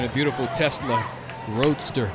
in a beautiful testament roadster